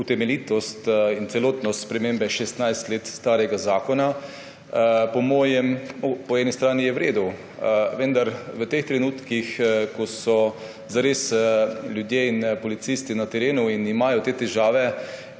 utemeljitev in celotna sprememba 16 let starega zakona je po mojem po eni strani v redu, vendar v teh trenutkih, ko so zares ljudje in policisti na terenu in imajo te težave